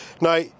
Now